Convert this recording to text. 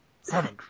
Seven